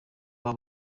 wawe